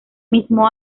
mismo